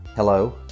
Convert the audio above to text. Hello